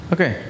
Okay